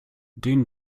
den